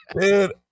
dude